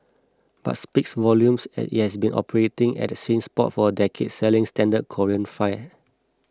but speaks volumes as it has been operating at that same spot for a decade selling standard Korean fare